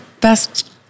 best